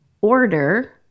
order